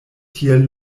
tiel